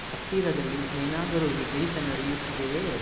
ಹತ್ತಿರದಲ್ಲಿ ಏನಾದರೂ ವಿಶೇಷ ನಡೆಯುತ್ತಿದೆಯೇ